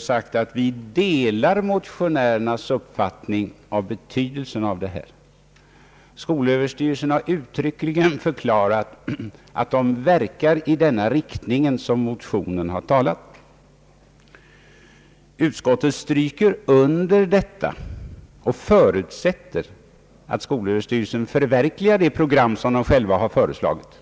sagt sig dela motionärernas uppfattning om denna frågas betydelse. Den tillfrågade myndigheten — skolöverstyrelsen — har uttryckligen förklarat att den verkar i den riktning som motionerna talar om. Utskottet förutsätter att skolöverstyrelsen förverkligar det program den själv har gjort upp.